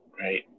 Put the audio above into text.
right